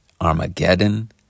Armageddon